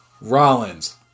Rollins